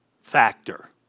factor